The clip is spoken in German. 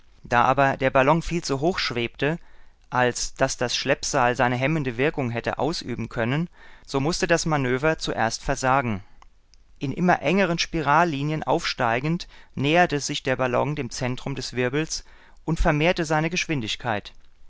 da aber der ballon viel zu hoch schwebte als daß das schleppseil seine hemmende wirkung hätte ausüben können so mußte das manöver zuerst versagen in immer engeren spirallinien aufsteigend näherte sich der ballon dem zentrum des wirbels und vermehrte seine geschwindigkeit